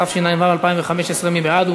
התשע"ו 2015. מי בעד?